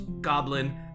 goblin